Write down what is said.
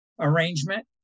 arrangement